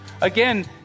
Again